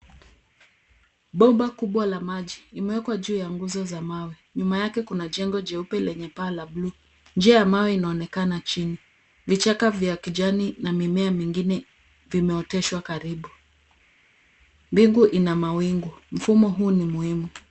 Bomba kubwa la maji inaonekana juu ya nguzo za mawe. Nyuma yake kuna jengo jeupe lenye paa la blue .Njia ya mawe inaonekana chini. Vichaka za kijani na mimea mingine vimeoteshwa karibu. Mbigu ina mawingu. Mfumo huu ni muhimu.